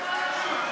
אוה, יש לך כבוד.